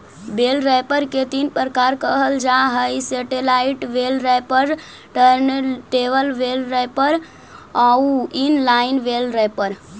बेल wrapper के तीन प्रकार कहल जा हई satellite bale wrapper, turntable bale wrapper आउ इन लाइन बेल रैपर